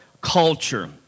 culture